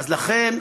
אז לכן,